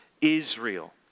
Israel